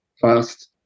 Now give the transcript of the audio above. fast